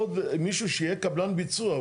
עוד מישהו שיהיה קבלן ביצוע.